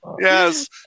Yes